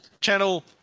channel